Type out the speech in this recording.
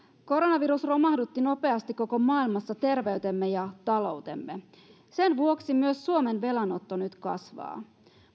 koronavirus romahdutti nopeasti koko maailmassa terveytemme ja taloutemme sen vuoksi myös suomen velanotto nyt kasvaa